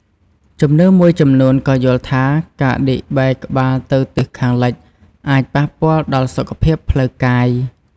ជំនឿមួយចំនួនក៏យល់ថា ការដេកបែរក្បាលទៅទិសខាងលិចអាចប៉ះពាល់ដល់ សុខភាពផ្លូវកាយ។